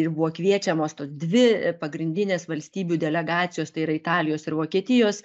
ir buvo kviečiamos tos dvi pagrindinės valstybių delegacijos tai yra italijos ir vokietijos